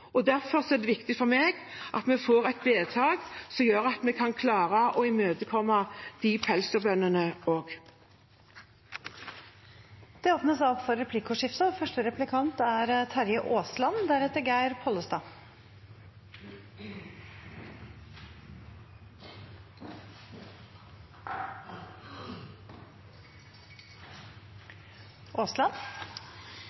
Derfor er det viktig for meg at vi får et vedtak som gjør at vi klarer å imøtekomme de pelsdyrbøndene også. Det blir replikkordskifte. Landbruksministeren har ved flere anledninger understreket hvor krevende denne saken har vært for